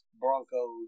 Broncos